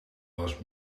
was